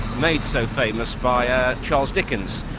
made so famous by ah charles dickens.